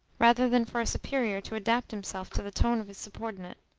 rather than for a superior to adapt himself to the tone of his subordinate.